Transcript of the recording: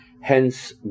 Hence